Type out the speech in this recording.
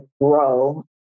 grow